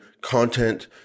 content